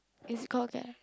it's called Get Out